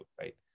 right